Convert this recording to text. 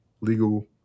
legal